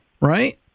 Right